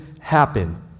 happen